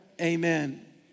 Amen